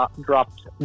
dropped